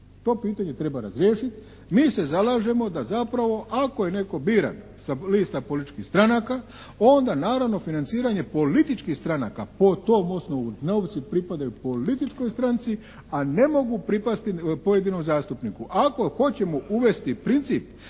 To pitanje treba razriješiti. Mi se zalažemo da zapravo ako je netko biran sa lista političkih stranaka onda naravno financiranje političkih stranaka po tom osnovu novci pripadaju političkoj stranci, a ne mogu pripasti pojedinom zastupniku. Ako hoćemo uvesti princip